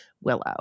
Willow